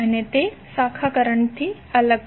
અને તે શાખા કરંટ થી અલગ છે